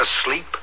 asleep